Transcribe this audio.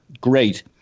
Great